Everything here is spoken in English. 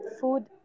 food